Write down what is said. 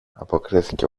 αποκρίθηκε